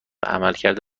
عملکرد